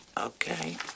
Okay